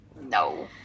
No